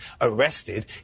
arrested